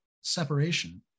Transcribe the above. separation